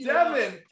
Devin